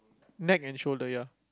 neck and shoulder ya